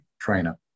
trainer